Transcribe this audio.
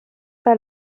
bei